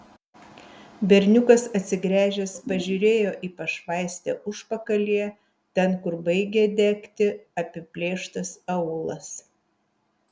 berniukas atsigręžęs pažiūrėjo į pašvaistę užpakalyje ten kur baigė degti apiplėštas aūlas